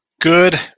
Good